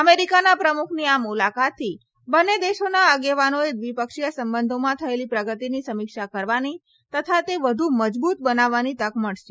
અમેરીકાના પ્રમુખની આ મુલાકાતથી બંને દેશોના આગેવાનોને દ્વિપક્ષીય સંબંધોમાં થયેલી પ્રગતિની સમીક્ષા કરવાની તથા તે વધુ મજબૂત બનાવવાની તક મળશે